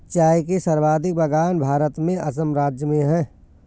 चाय के सर्वाधिक बगान भारत में असम राज्य में है